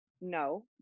No